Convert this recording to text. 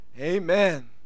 Amen